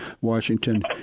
Washington